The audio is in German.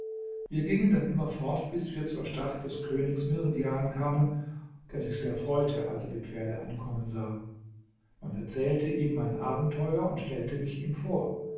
wir gingen dann immer fort bis wir zur stadt des königs mihrdjan kamen der sich sehr freute als er die pferde ankommen sah man erzählte ihm mein abenteuer und stellte mich ihm vor